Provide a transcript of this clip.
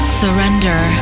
surrender